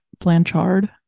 Blanchard